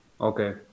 okay